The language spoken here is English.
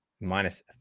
minus